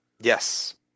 yes